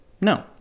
No